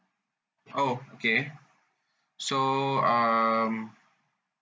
oh okay so um